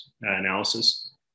analysis